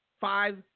Five